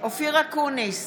אופיר אקוניס,